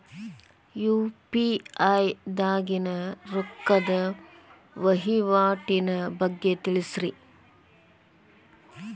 UPI ದಾಗಿನ ರೊಕ್ಕದ ವಹಿವಾಟಿನ ಬಗ್ಗೆ ತಿಳಸ್ರಿ